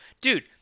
dude